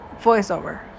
voiceover